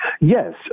Yes